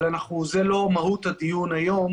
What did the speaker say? אבל זאת לא מהות הדיון היום